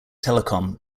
telecom